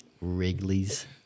Wrigley's